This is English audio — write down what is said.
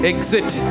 Exit